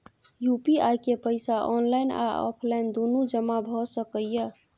UPI के पैसा online आ ऑफलाइन दुनू जमा भ सकै इ?